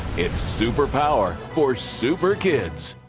it's super power for super kids.